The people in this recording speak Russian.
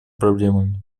проблемами